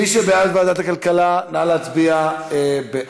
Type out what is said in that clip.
מי שבעד ועדת הכלכלה, נא להצביע בעד.